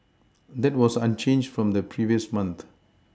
that was unchanged from the previous month